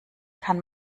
kann